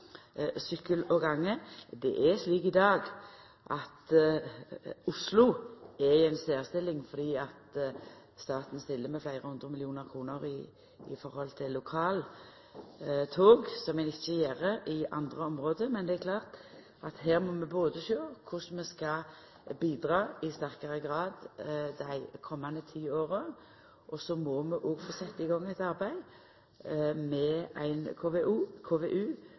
sykkel- og gangvegspørsmålet. Oslo er i dag i ei særstilling fordi staten stiller med fleire hundre millionar kroner i høve til lokaltog, som ein ikkje gjer i andre område. Men det er klart at her må vi sjå på korleis vi skal bidra i sterkare grad dei komande ti åra, og så må vi òg setja i gang eit arbeid med ein